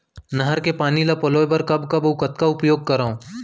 नहर के पानी ल पलोय बर कब कब अऊ कतका उपयोग करंव?